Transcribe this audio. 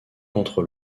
contre